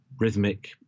rhythmic